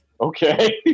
okay